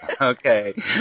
Okay